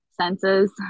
senses